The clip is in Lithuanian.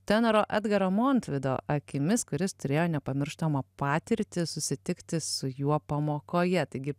tenoro edgaro montvido akimis kuris turėjo nepamirštamą patirtį susitikti su juo pamokoje taigi